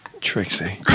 Trixie